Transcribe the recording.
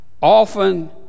often